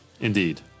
Indeed